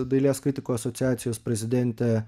dailės kritikų asociacijos prezidentė